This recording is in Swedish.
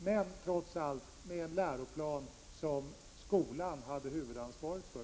Men det skall ändå vara en läroplan som skolan har huvudansvaret för.